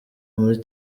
muri